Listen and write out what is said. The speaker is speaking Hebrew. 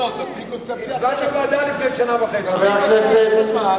תפסיקו, חבר הכנסת אורון.